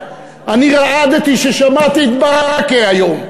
אני רעדתי כששמעתי את ברכה היום,